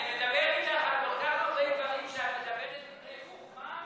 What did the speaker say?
אני מדבר איתך על כל כך הרבה דברים כשאת מדברת דברי חוכמה,